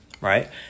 right